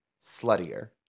sluttier